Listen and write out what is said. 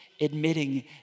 admitting